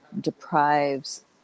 deprives